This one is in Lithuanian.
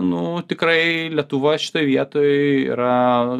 nu tikrai lietuva šitoj vietoj yra